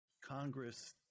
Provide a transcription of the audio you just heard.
Congress